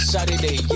Saturday